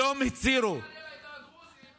אני בעיקר אענה לעדה הדרוזית.